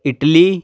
Italy